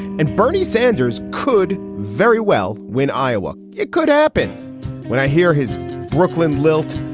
and bernie sanders could very well win iowa. it could happen when i hear his brooklyn lilt.